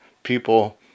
People